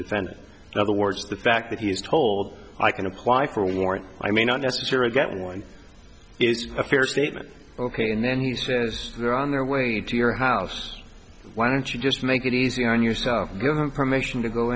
defense other words the fact that he is told i can apply for a warrant i may not necessarily get one it's a fair statement ok and then he says they're on their way to your house why don't you just make it easy on yourself and give them permission to go